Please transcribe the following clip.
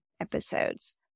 episodes